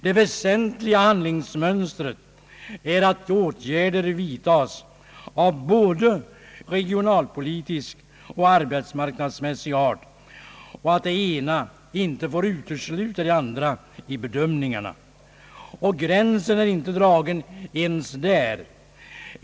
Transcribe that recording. Det väsentliga handlingsmönstret är att åtgärder vidtas av både regionalpolitisk och arbetsmarknadsmässig art och att det ena inte får utesluta det andra i bedömningarna. Gränsen är inte dragen ens där.